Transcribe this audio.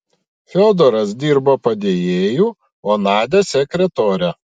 fiodoras dirbo padėjėju o nadia sekretore